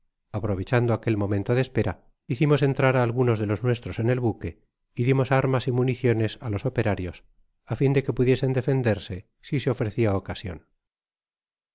aprovechando aquel momento de espera hicimos entrar á algunos de los nues tros en el buque y dimos armas y municiones á los operarios á fin de que pudiesen defenderse si se ofrecia ocasion